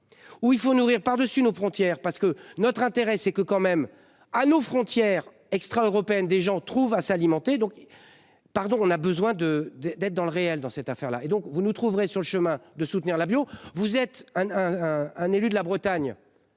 Où il faut nourrir par-dessus, nos frontières parce que notre intérêt, c'est que quand même à nos frontières extra-européenne des gens trouve à s'alimenter donc. Pardon, on a besoin de de d'être dans le réel. Dans cette affaire-là et donc vous nous trouverez sur le chemin de soutenir la bio. Vous êtes un, un élu de la Bretagne.